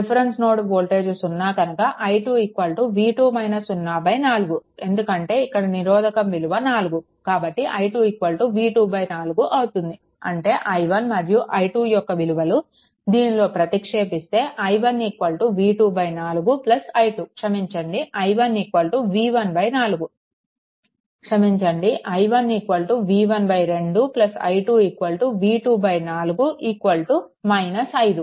reference node voltage సున్నా కనుక i2 v2 - 04 ఎందుకంటే ఇక్కడ నిరోధకం విలువ 4 కాబట్టి i2 v24 అవుతుంది అంటే మనం i1 మరియు i2 యొక్క విలువలు దీనిలో మీరు ప్రతిక్షేపిస్తే i1 v24 i2 క్షమించండి i1 V14 క్షమించండి i1 V12 i2 V24 5